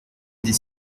des